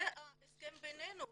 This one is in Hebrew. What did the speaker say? זה ההסכם בינינו.